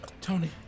Tony